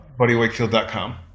buddywakefield.com